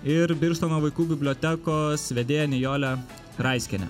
ir birštono vaikų bibliotekos vedėja nijolė raiskienė